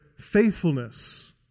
faithfulness